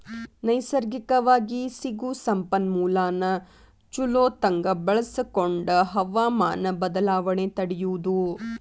ನೈಸರ್ಗಿಕವಾಗಿ ಸಿಗು ಸಂಪನ್ಮೂಲಾನ ಚುಲೊತಂಗ ಬಳಸಕೊಂಡ ಹವಮಾನ ಬದಲಾವಣೆ ತಡಿಯುದು